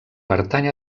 pertany